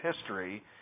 history